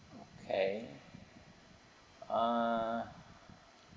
okay err